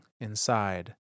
inside